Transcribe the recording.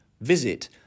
Visit